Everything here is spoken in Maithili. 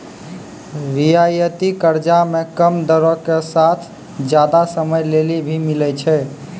रियायती कर्जा मे कम दरो साथ जादा समय लेली भी मिलै छै